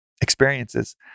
experiences